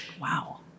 Wow